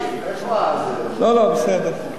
לא לא, בסדר.